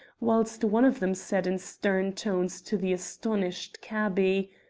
whilst one of them said in stern tones to the astonished cabby